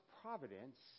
providence